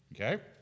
Okay